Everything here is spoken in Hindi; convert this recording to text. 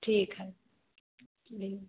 ठीक है जी